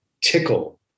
tickle